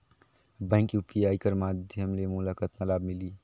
Bank UPI कर माध्यम ले मोला कतना लाभ मिली?